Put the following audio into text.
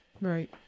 right